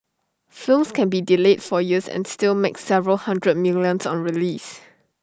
films can be delayed for years and still make several hundred millions on release